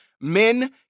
men